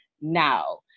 now